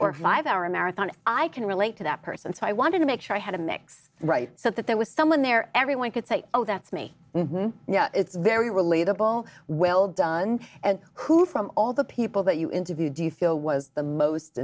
a five hour marathon i can relate to that person so i wanted to make sure i had a mix right so that there was someone there everyone could say oh that's me yeah it's very relatable well done and who from all the people that you interview do you feel was the most